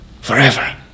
forever